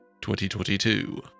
2022